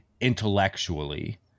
intellectually